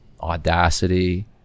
Audacity